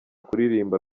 kurimba